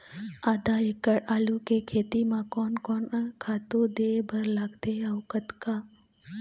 आधा एकड़ आलू के खेती म कोन कोन खातू दे बर लगथे अऊ कतका?